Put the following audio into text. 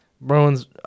Bruins –